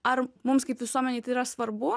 ar mums kaip visuomenei tai yra svarbu